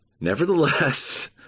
Nevertheless